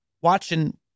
watching